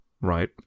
right